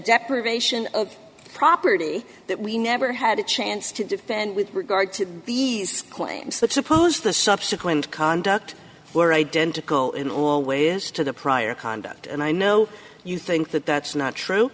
deprivation of property that we never had a chance to defend with regard to these claims but suppose the subsequent conduct were identical in all ways to the prior conduct and i know you think that that's not true